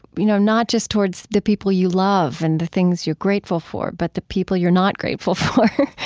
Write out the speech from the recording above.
you know, not just towards the people you love and the things you're grateful for, but the people you're not grateful for.